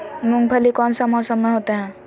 मूंगफली कौन सा मौसम में होते हैं?